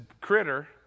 critter